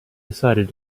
decided